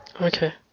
Okay